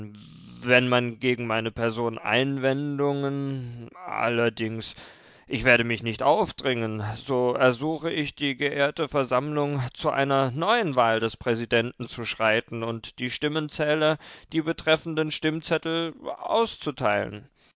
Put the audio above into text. wenn wenn man gegen meine person einwendungen allerdings ich werde mich nicht aufdringen so ersuche ich die geehrte versammlung zu einer neuen wahl des präsidenten zu schreiten und die stimmenzähler die betreffenden stimmzettel auszuteilen